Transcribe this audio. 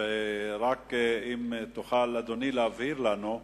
אדוני, אם תוכל להבהיר לנו,